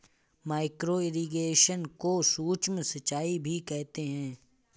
micro irrigation को सूक्ष्म सिंचाई भी कहते हैं